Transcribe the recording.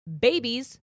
babies